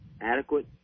Adequate